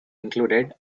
included